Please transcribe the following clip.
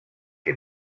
que